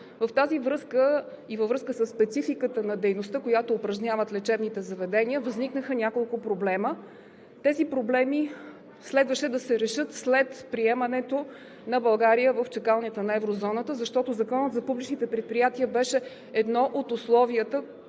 В тази връзка и във връзка със спецификата на дейността, която упражняват лечебните заведения, възникнаха няколко проблема. Тези проблеми следваше да се решат след приемането на България в чакалнята на еврозоната, защото Законът за публичните предприятия беше едно от условията,